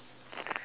yup